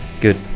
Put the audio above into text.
Good